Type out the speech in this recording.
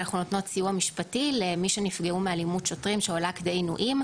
נותנות סיוע משפטי למי שנפגעו מאלימות שוטרים שעולה כדי עינויים,